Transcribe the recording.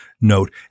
note